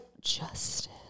Justin